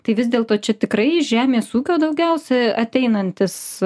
tai vis dėlto čia tikrai iš žemės ūkio daugiausia ateinantis